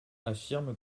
affirme